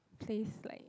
place like